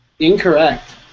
Incorrect